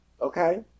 Okay